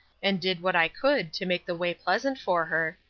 and did what i could to make the way pleasant for her,